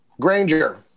Granger